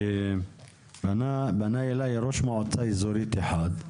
שפנה אליי ראש מועצה אזורית אחד,